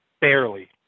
barely